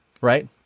right